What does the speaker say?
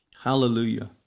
Hallelujah